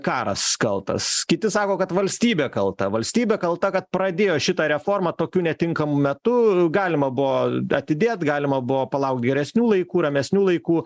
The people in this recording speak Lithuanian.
karas kaltas kiti sako kad valstybė kalta valstybė kalta kad pradėjo šitą reformą tokiu netinkamu metu galima buvo atidėt galima buvo palaukt geresnių laikų ramesnių laikų